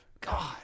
God